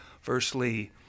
Firstly